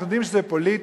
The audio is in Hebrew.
אנחנו יודעים שזה פוליטי.